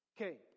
Okay